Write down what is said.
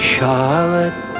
Charlotte